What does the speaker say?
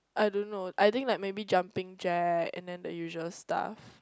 I don't know I think like maybe jumping jack and then the usual stuff